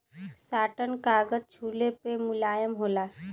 satin कागज छुले पे मुलायम होला